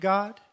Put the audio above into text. God